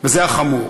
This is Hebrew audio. וזה החמור.